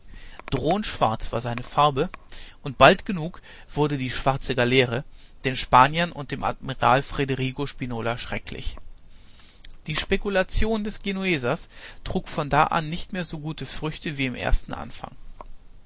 drohend schwarz war seine farbe und bald genug wurde die schwarze galeere den spaniern und dem admiral federigo spinola schrecklich die spekulation des genuesers trug von da an nicht mehr so gute früchte wie im ersten anfang